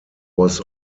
was